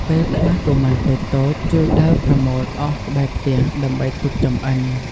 ពេលខ្លះកុមារតូចៗជួយដើរប្រមូលអុសក្បែរផ្ទះ ដើម្បីទុកចម្អិន។